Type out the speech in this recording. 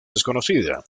desconocida